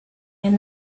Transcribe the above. and